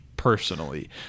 Personally